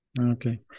Okay